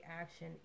action